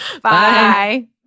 Bye